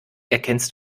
erkennst